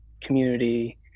community